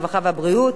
הרווחה והבריאות